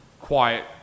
quiet